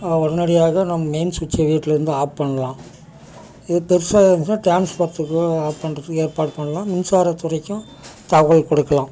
உடனடியாக நம் மெய்ன் சுவிட்ச்சை வீட்டிலருந்து ஆஃப் பண்ணலாம் இது பெருசாக ஆகிருச்சினா ட்ரான்ஸ்ஃபாரத்துக்கு ஆஃப் பண்ணறதுக்கு ஏற்பாடு பண்ணலாம் மின்சாரத்துறைக்கும் தகவல் கொடுக்கலாம்